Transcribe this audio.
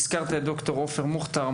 הזכרת את ד"ר עופר מוכתר,